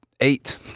eight